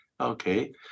Okay